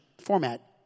format